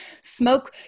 smoke